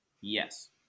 Yes